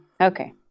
Okay